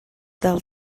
del